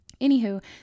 anywho